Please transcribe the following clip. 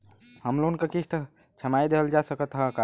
Home loan क किस्त छमाही देहल जा सकत ह का?